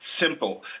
simple